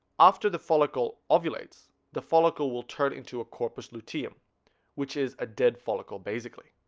after the follicle ovulates the follicle will turn into a corpus luteum which is ah dead follicle, basically